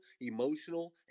emotional